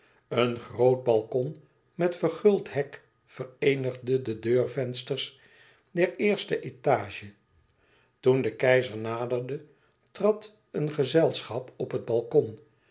een groot balkon met verguld hek vereenigde de deurvensters der eerste étage toen de keizer naderde trad een gezelschap op het